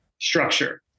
structure